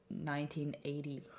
1980